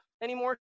anymore